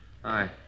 Hi